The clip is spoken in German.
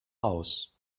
aus